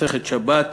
מסכת שבת,